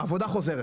העבודה חוזרת